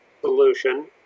solution